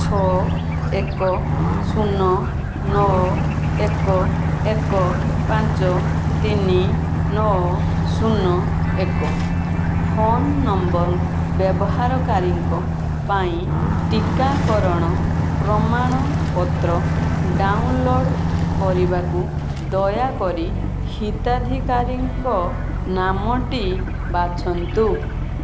ଛଅ ଏକ ଶୂନ ନଅ ଏକ ଏକ ପାଞ୍ଚ ତିନି ନଅ ଶୂନ ଏକ ଫୋନ ନମ୍ବର ବ୍ୟବହାରକାରୀଙ୍କ ପାଇଁ ଟିକାକରଣ ପ୍ରମାଣପତ୍ର ଡ଼ାଉନଲୋଡ଼୍ କରିବାକୁ ଦୟାକରି ହିତାଧିକାରୀଙ୍କ ନାମଟି ବାଛନ୍ତୁ